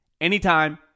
anytime